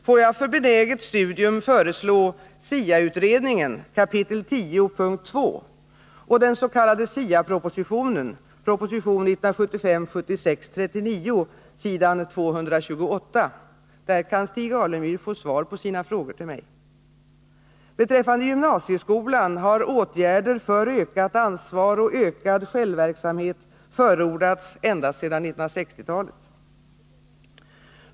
Får jag för benäget studium föreslå SIA-utredningen, kap. 10 p. 2 och den s.k. SIA-propositionen s. 228. Där kan Stig Alemyr få svar på sina frågor till mig. Beträffande gymnasieskolan har åtgärder för ökat ansvar och ökad självverksamhet förordats ända sedan 1960-talet.